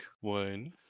One